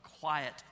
quiet